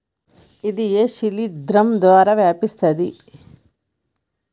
ఇది ఏ శిలింద్రం ద్వారా వ్యాపిస్తది?